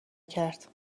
کرد